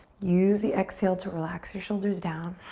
use the exhale to relax your shoulders down.